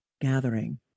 gathering